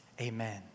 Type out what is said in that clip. amen